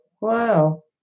wow